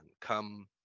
come